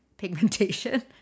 pigmentation